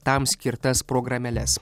tam skirtas programėles